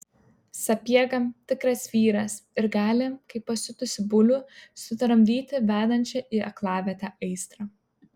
sapiega tikras vyras ir gali kaip pasiutusį bulių sutramdyti vedančią į aklavietę aistrą